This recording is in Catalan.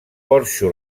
porxo